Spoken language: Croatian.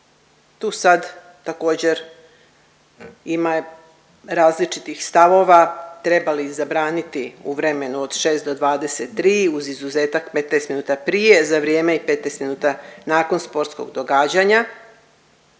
Tu sad također ima različitih stavova, treba li ih zabraniti u vremenu od 6 do 23 uz izuzetak 15 minuta prije za vrijeme i 15 minuta nakon sportskog događanja